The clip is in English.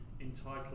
entitled